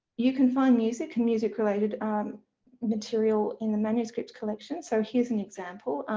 you can find music and music related material in the manuscripts collection. so here's an example.